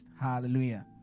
hallelujah